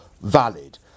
valid